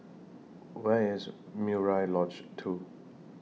Where IS Murai Lodge two